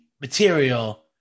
material